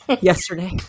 Yesterday